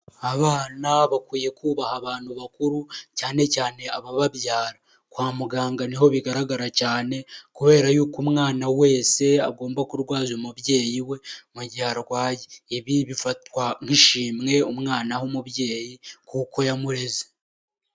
Abana bakwiye kubaha abantu bakuru cyane cyane abababyara, kwa muganga niho bigaragara cyane kubera yuko umwana wese agomba kurwaza umubyeyi we mu gihe arwaye, ibi bifatwa nk'ishimwe umwana aha umubyeyi kuko yamureze.